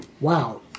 Wow